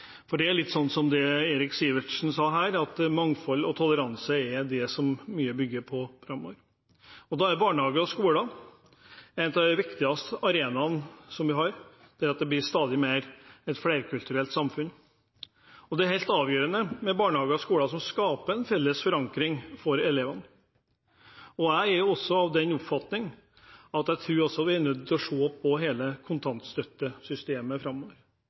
For det er, som Eirik Sivertsen sa her, slik at mangfold og toleranse er det mye bygger på framover. Da er barnehager og skoler de viktigste arenaene vi har. I et stadig mer flerkulturelt samfunn er det helt avgjørende med barnehager og skoler som skaper en felles forankring for elevene. Jeg er også av den oppfatning at vi er nødt til å se på hele kontantstøttesystemet framover.